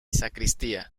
sacristía